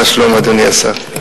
מה שלום אדוני השר?